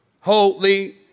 holy